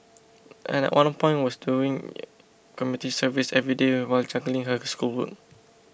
and at one point was doing community service every day while juggling her schoolwork